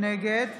נגד